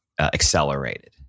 accelerated